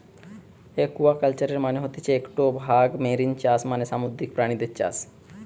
একুয়াকালচারের মানে হতিছে একটো ভাগ মেরিন চাষ মানে সামুদ্রিক প্রাণীদের চাষ